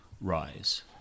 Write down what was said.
rise